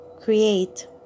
create